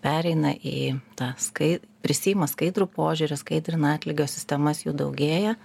pereina į tą skai prisiima skaidrų požiūrį skaidrina atlygio sistemas jų daugėja